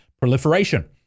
proliferation